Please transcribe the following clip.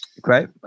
great